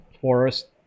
Forest